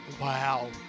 Wow